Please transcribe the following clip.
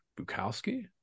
Bukowski